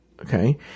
okay